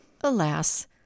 Alas